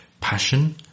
passion